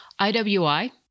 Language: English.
IWI